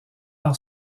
par